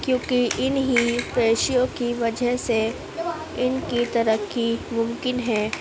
کیوں کہ انہی پیشوں کی وجہ سے ان کی ترقی ممکن ہے